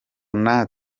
ntawe